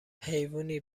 حیوونی